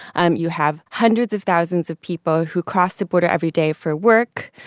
um you have hundreds of thousands of people who cross the border every day for work.